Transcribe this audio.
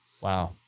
Wow